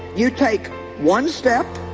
you take one step